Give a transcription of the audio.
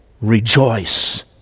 rejoice